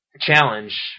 challenge